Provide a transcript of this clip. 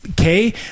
okay